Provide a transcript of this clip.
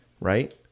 right